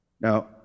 now